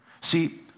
See